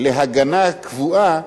להגנה קבועה